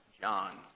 John